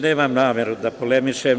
Nemam nameru da polemišem.